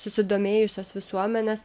susidomėjusios visuomenės